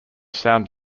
sound